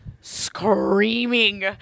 screaming